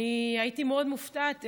הייתי מאוד מופתעת.